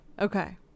Okay